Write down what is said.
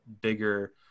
bigger –